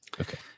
Okay